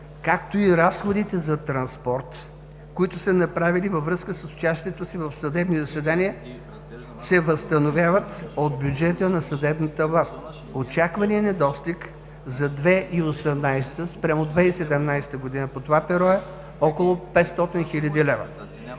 както и разходите за транспорт, които са направили, във връзка с участието си в съдебни заседания, се възстановяват от бюджета на съдебната власт. Очакваният недостиг за 2018 г. спрямо 2017 г. по това перо е около 500 хил. лв.